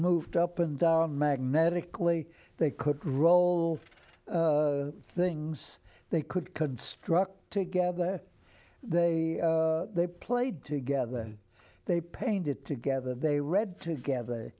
moved up and down magnetically they could roll things they could construct together they they played together they painted together they read together